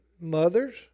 mothers